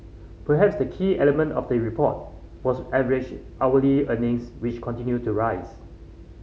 perhaps the key element of the report was average hourly earnings which continued to rise